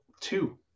two